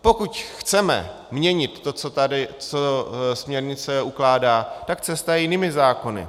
Pokud chceme měnit to, co směrnice ukládá, tak cesta je jinými zákony.